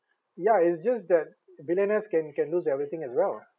ya it's just that billionaires can can lose everything as well